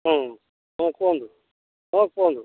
ହଁ ହଁ କୁହନ୍ତୁ ହଁ କୁହନ୍ତୁ